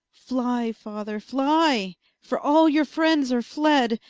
fly father, flye for all your friends are fled.